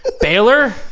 Baylor